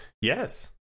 Yes